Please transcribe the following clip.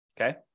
Okay